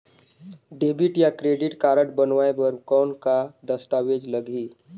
Debit या credit card बनवाय बर कौन का दस्तावेज लगही?